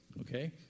Okay